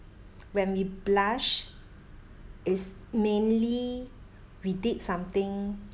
when we blush is mainly we did something